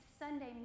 Sunday